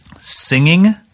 Singing